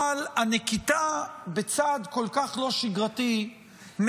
אבל נקיטה של צעד כל כך לא שגרתי מחייבת